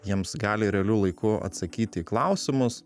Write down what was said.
jiems gali realiu laiku atsakyti į klausimus